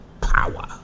power